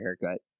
haircut